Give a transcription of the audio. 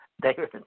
David